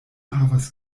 havas